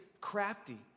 crafty